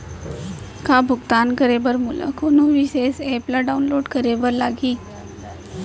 का भुगतान करे बर मोला कोनो विशेष एप ला डाऊनलोड करे बर लागही